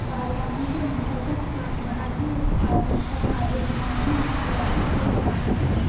बागवानी के अंर्तगत शाक भाजी उत्पादन का कार्य गांव में आमतौर पर किया जाता है